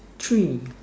three